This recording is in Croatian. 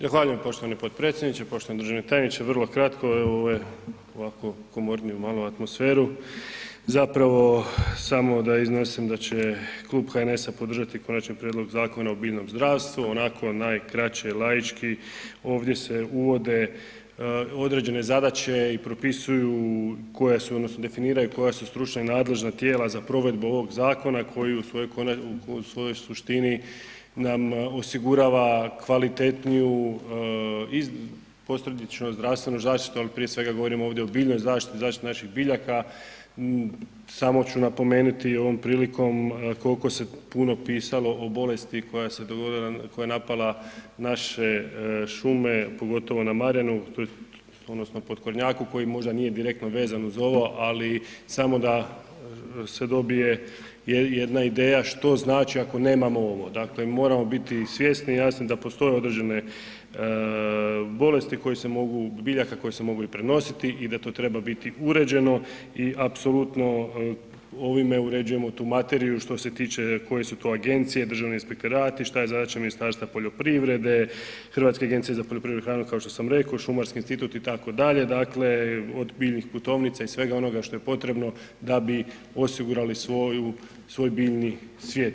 Zahvaljujem poštovani potpredsjedniče, poštovani državni tajniče, vrlo kratko, evo ovo je, ovako komorniju malo atmosferu, zapravo samo da iznesem da će Klub HNS-a podržati Konačni prijedlog Zakona o biljnom zdravstvu, onako najkraće, laički, ovdje se uvode određene zadaće i propisuju koja su odnosno definiraju koja su stručna i nadležna tijela za provedbu ovog zakona koji u svojoj konačnoj, u svojoj suštini nam osigurava kvalitetniju, posredično zdravstvenu zaštitu, ali prije svega govorimo ovdje o biljnoj zaštiti, zaštiti naših biljaka, samo ću napomenuti ovom prilikom kolko se puno pisalo o bolesti koja se dogodila, koja je napala naše šume, pogotovo na Marjanu tj. Potkornjaku koji možda nije direktno vezan uz ovo, ali samo da se dobije jedna ideja što znači ako nemamo ovo, dakle moramo biti svjesni, jasno da postoje određene bolesti koje se mogu, biljaka koje se mogu i prenositi i da to treba biti uređeno i apsolutno ovime uređujemo tu materiju što se tiče koje su to agencije, državni inspektorati, šta je zadaća Ministarstva poljoprivrede, Hrvatske agencije za poljoprivrednu hranu kao što sam reko, Šumarski institut itd., dakle od biljnih putovnica i svega onoga što je potrebno da bi osigurali svoju, svoj biljni svijet.